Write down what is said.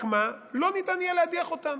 רק מה, לא ניתן יהיה להדיח אותם.